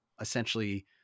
essentially